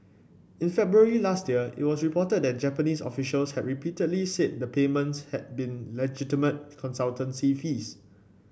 in February last year it was reported that Japanese officials had repeatedly said the payments had been legitimate consultancy fees